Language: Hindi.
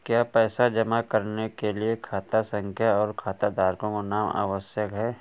क्या पैसा जमा करने के लिए खाता संख्या और खाताधारकों का नाम आवश्यक है?